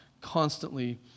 constantly